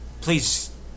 please